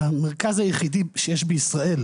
המרכז היחידי שיש בישראל,